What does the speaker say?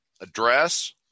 address